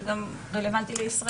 זה גם רלוונטי לגבי ישראלים.